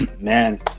man